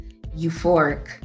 euphoric